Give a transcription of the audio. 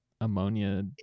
ammonia